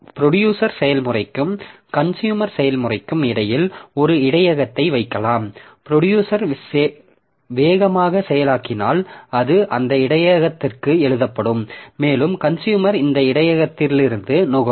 producer செயல்முறைக்கும் consumer செயல்முறைக்கும் இடையில் ஒரு இடையகத்தை வைக்கலாம் ப்ரொடியூசர் வேகமாக செயலாக்கினால் அது அந்த இடையகத்திற்கு எழுதப்படும் மேலும் கன்சுயூமர் இந்த இடையகத்திலிருந்து நுகரும்